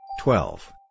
Twelve